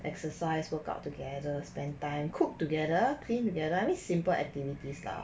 exercise workout together spend time cook together clean together I mean simple activities lah